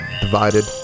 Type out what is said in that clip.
divided